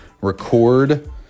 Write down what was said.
record